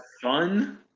fun